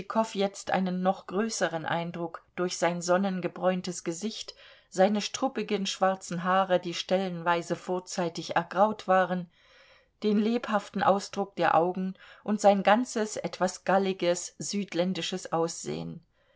tschitschikow jetzt einen noch größeren eindruck durch sein sonnengebräuntes gesicht seine struppigen schwarzen haare die stellenweise vorzeitig ergraut waren den lebhaften ausdruck der augen und sein ganzes etwas galliges südländisches aussehen